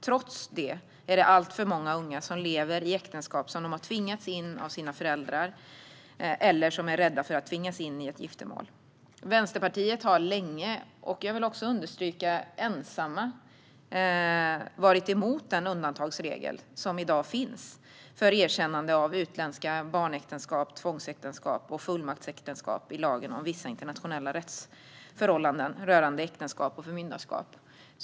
Trots det lever alltför många unga i äktenskap som de har tvingats in i av sina föräldrar, och många är rädda för att tvingas in i ett giftermål. Vänsterpartiet har länge och, vill jag också understryka, ensamt varit emot den undantagsregel som i dag finns för erkännande av utländska barnäktenskap, tvångsäktenskap och fullmaktsäktenskap i lagen om vissa internationella rättsförhållanden rörande äktenskap och förmynderskap.